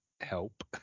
help